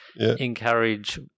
Encourage